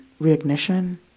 Reignition